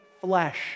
flesh